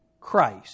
Christ